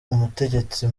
umutegetsi